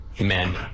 men